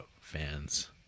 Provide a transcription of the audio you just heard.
fans